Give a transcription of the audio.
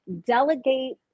delegate